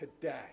today